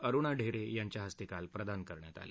अरूणा ढेरे यांच्या हस्ते काल प्रदान करण्यात आले